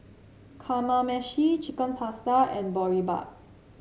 Kamameshi Chicken Pasta and Boribap